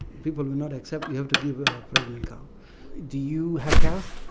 people will not accept. you have to give a pregnant cow do you have cows